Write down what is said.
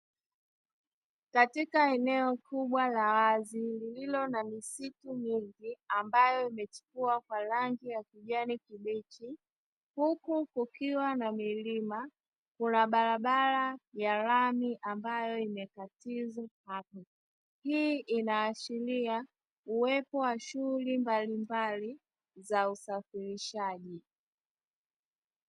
Katika eneo kubwa la wazi, lililo na misitu mingi; ambayo imechipua kwa rangi ya kijani kibichi, huku kukiwa na milima, kuna barabara ya lami ambayo imekatiza hapo. Hii inaashiria uwepo wa shughuli mbalimbali za usafirishaji.